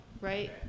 right